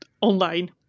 online